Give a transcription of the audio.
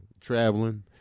traveling